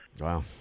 Wow